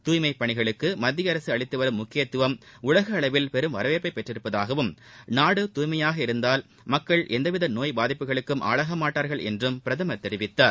துய்மைப் பணிகளுக்கு மத்திய அரசு அளித்து வரும் முக்கியத்துவம் உலக அளவில் பெரும் வரவேற்பை பெற்றுள்ளதாகவும் நாடு தூய்மையாக இருந்தால் மக்கள் எந்தவித நோய் பாதிப்புக்கும் ஆளாக மாட்டார்கள் என்றும் பிரதமர் தெரிவித்தார்